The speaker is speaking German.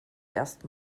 erst